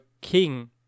king